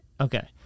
okay